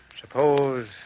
Suppose